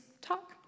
talk